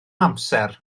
amser